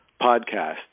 podcast